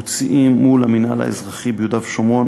קיבוציים מול המינהל האזרחי ביהודה ושומרון,